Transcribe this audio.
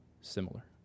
similar